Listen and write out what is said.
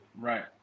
Right